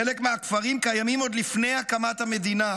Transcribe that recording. חלק מהכפרים קיימים עוד לפני הקמת המדינה,